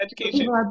Education